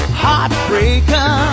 heartbreaker